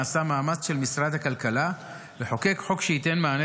נעשה מאמץ של משרד הכלכלה לחוקק חוק שייתן מענה